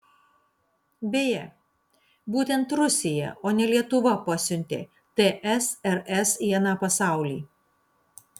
beje būtent rusija o ne lietuva pasiuntė tsrs į aną pasaulį